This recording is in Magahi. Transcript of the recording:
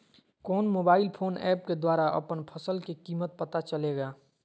कौन मोबाइल फोन ऐप के द्वारा अपन फसल के कीमत पता चलेगा?